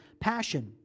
passion